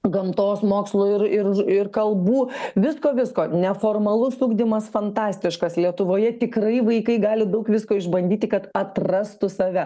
gamtos mokslų ir ir ir kalbų visko visko neformalus ugdymas fantastiškas lietuvoje tikrai vaikai gali daug visko išbandyti kad atrastų save